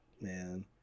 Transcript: man